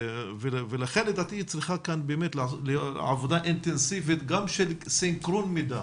ולכן לדעתי צריכה כאן באמת להיעשות עבודה אינטנסיבית גם של סנכרון מידע